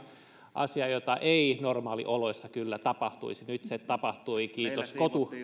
asia jota ei normaalioloissa kyllä tapahtuisi nyt se tapahtui kiitos